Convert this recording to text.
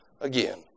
again